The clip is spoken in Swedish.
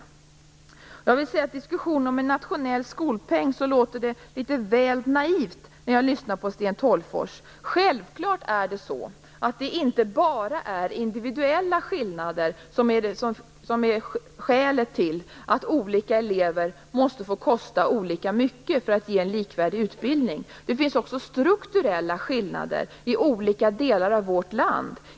Jag tycker att Sten Tolgfors diskussion om en nationell skolpeng låter litet väl naiv. Självfallet är inte bara individuella skillnader skälet till att olika elever måste få kosta olika mycket för att kunna ge en likvärdig utbildning. Det finns också strukturella skillnader i olika delar av vårt land.